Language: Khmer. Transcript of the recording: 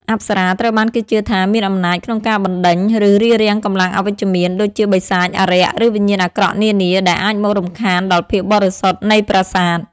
អប្សរាត្រូវបានគេជឿថាមានអំណាចក្នុងការបណ្ដេញ ឬរារាំងកម្លាំងអវិជ្ជមាន ដូចជាបិសាច អារក្ស ឬវិញ្ញាណអាក្រក់នានា ដែលអាចមករំខានដល់ភាពបរិសុទ្ធនៃប្រាសាទ។